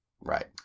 right